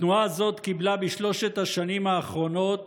התנועה הזאת קיבלה בשלוש השנים האחרונות